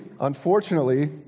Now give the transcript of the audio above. unfortunately